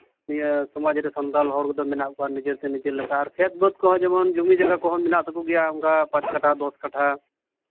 ᱥᱚᱢᱟᱡᱽ ᱨᱮ ᱥᱟᱱᱛᱟᱲ ᱦᱚᱲ ᱠᱚᱫᱚ ᱢᱮᱱᱟᱜ ᱠᱚᱣᱟ ᱱᱤᱡᱮᱨ ᱛᱮ ᱱᱤᱡᱮ ᱞᱮᱠᱟ ᱟᱨ ᱠᱷᱮᱛ ᱵᱟᱹᱫᱽ ᱠᱚᱦᱚᱸ ᱡᱮᱢᱚᱱ ᱡᱩᱢᱤ ᱡᱟᱭᱜᱟ ᱠᱚᱦᱚᱸ ᱢᱮᱱᱟᱜ ᱛᱟᱠᱚ ᱜᱮᱭᱟ ᱚᱱᱠᱟ ᱯᱟᱸᱪ ᱠᱟᱴᱷᱟ ᱫᱚᱥ ᱠᱟᱴᱷᱟ